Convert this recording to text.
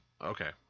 Okay